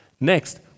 Next